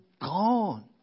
gone